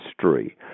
history